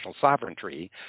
Sovereignty